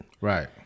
Right